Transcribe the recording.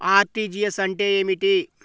RTGS అంటే ఏమిటి?